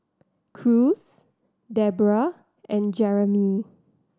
Cruz Debera and Jeremie